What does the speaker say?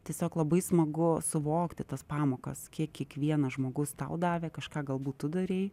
tiesiog labai smagu suvokti tas pamokas kiek kiekvienas žmogus tau davė kažką galbūt tu darei